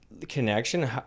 connection